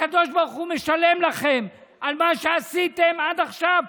הקדוש ברוך הוא משלם לכם על מה שעשיתם עד עכשיו.